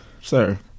Sir